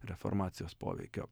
reformacijos poveikio